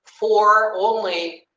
four, only.